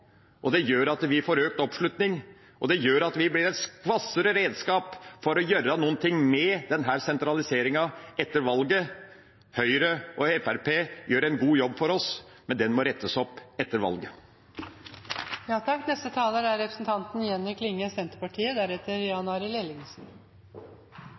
Det gjør at vi får økt oppslutning, og det gjør at vi blir et hvassere redskap for å gjøre noe med denne sentraliseringen etter valget. Høyre og Fremskrittspartiet gjør en god jobb for oss, men den må rettes opp etter valget. Eg veit ikkje heilt kvar eg skal begynne. Det er